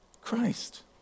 Christ